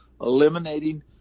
eliminating